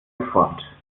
geformt